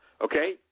Okay